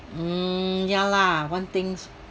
mm ya lah one things